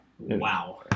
Wow